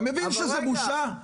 אתה מבין שזה בושה?